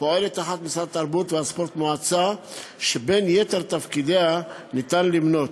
פועלת תחת משרד התרבות והספורט מועצה שבין יתר תפקידיה ניתן למנות: